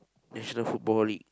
national football league